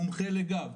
מומחה לגב,